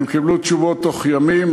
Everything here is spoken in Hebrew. הם קיבלו תשובות בתוך ימים.